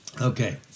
Okay